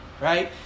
right